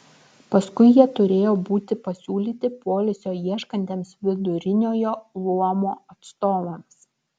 paskui jie turėjo būti pasiūlyti poilsio ieškantiems viduriniojo luomo atstovams